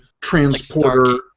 transporter